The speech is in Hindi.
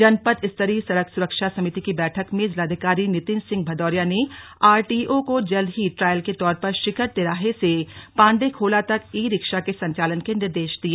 जनपद स्तरीय सड़क सुरक्षा समिति की बैठक में जिलाधिकारी नितिन सिंह भदौरिया ने आरटीओ को जल्द ही ट्रायल के तौर पर शिखर तिराहे से पांडेखोला तक ई रिक्शा के संचालन के निर्देश दिए